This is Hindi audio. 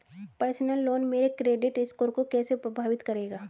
पर्सनल लोन मेरे क्रेडिट स्कोर को कैसे प्रभावित करेगा?